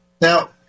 Now